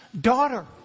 daughter